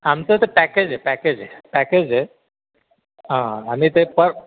आमचं ते पॅकेज आहे पॅकेज आहे पॅकेज आहे हां आणि ते पर